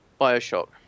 Bioshock